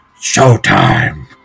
showtime